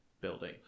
building